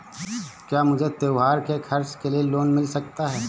क्या मुझे त्योहार के खर्च के लिए लोन मिल सकता है?